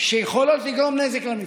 שיכולות לגרום נזק למפעל.